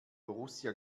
borussia